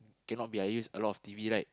cannot be I use a lot of T_V right